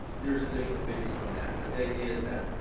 there's additional videos on that. but the idea is that,